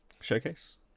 showcase